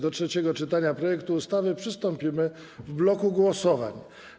Do trzeciego czytania projektu ustawy przystąpimy w bloku głosowań.